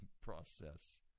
process